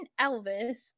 elvis